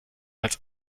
als